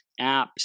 apps